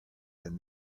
than